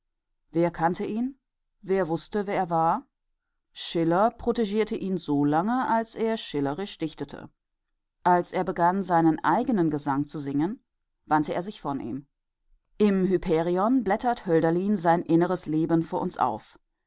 wer kannte ihn wer wußte wer er war schiller protegierte ihn so lange als er schillerisch dichtete als er begann seinen eigenen gesang zu singen wandte er sich von ihm im hyperion blättert hölderlin sein inneres leben vor uns auf